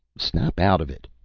snap out of it,